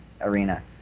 Arena